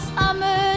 summer